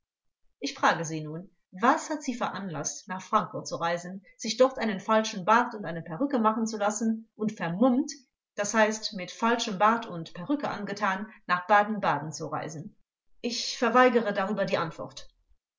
ich frage sie nun was hat sie veranlaßt nach frankfurt zu reisen sich dort einen falschen bart und eine perücke machen zu lassen und vermummt d h mit falschem bart und perücke angetan nach baden-baden zu reisen angekl ich verweigere darüber die antwort